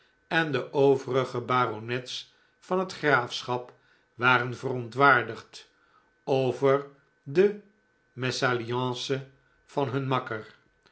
en de overige baronets van het graafschap waren verontwaardigd over de mesalliance van hun makker